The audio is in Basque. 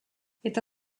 eta